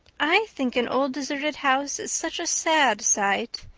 i think an old, deserted house is such a sad sight,